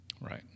Right